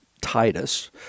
Titus